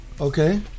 Okay